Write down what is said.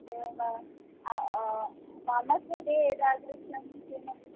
एवं वा मम कृते यदा तृष्णं किमपि